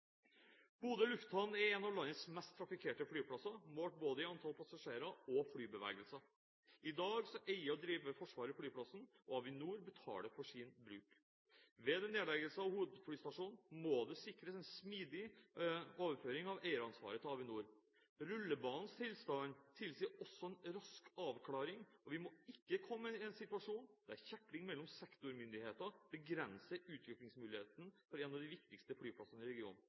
Bodø lufthavn er en av landets mest trafikkerte flyplasser målt i både antall passasjerer og flybevegelser. I dag eier og driver Forsvaret flyplassen, og Avinor betaler for sin bruk. Ved nedleggelse av hovedflystasjonen må det sikres en smidig overføring av eieransvaret til Avinor. Rullebanens tilstand tilsier også en rask avklaring, og vi må ikke komme i en situasjon der kjekling mellom sektormyndigheter begrenser utviklingsmuligheten for en av de viktigste flyplassene i regionen.